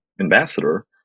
ambassador